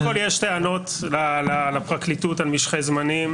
קודם כל יש טענות לפרקליטות על משכי זמנים,